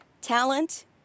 talent